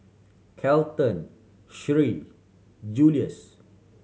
Kelton Sheree Juluis